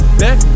back